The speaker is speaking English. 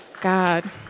God